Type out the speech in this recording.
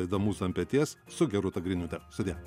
įdomus ant peties su gerūta griniūtė sudie